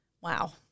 Wow